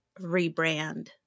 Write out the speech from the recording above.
rebrand